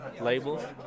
label